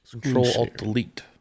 Control-Alt-Delete